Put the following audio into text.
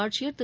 ஆட்சியர் திரு